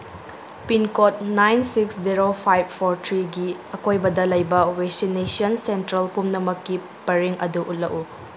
pincode nine six zero five four ꯊ꯭ꯔꯤꯒꯤ ꯑꯀꯣꯏꯕꯗ ꯂꯩꯕ ꯋꯦꯁꯤꯟꯅꯦꯁꯟ ꯁꯦꯟꯇꯔꯜ ꯄꯨꯝꯅꯃꯛꯀꯤ ꯄꯔꯤꯡ ꯑꯗꯨ ꯎꯠꯂꯛꯎ